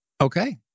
Okay